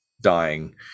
dying